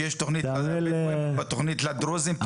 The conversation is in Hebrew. שיש תוכנית לדרוזים,